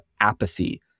apathy